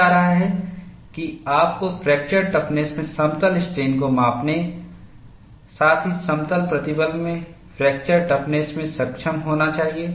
कहा जा रहा है कि आपको फ्रैक्चर टफ़्नस में समतल स्ट्रेन को मापने साथ ही समतल प्रतिबल में फ्रैक्चर टफ़्नस में सक्षम होना चाहिए